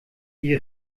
die